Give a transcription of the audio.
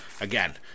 Again